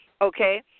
Okay